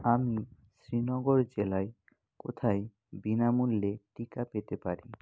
আমি শ্রীনগর জেলায় কোথায় বিনামূল্যে টিকা পেতে পারি